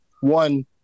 one